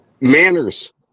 Manners